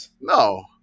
No